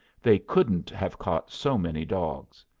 they couldn't have caught so many dogs.